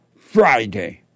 Friday